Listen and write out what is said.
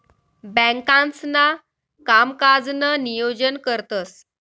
बँकांसणा कामकाजनं नियोजन करतंस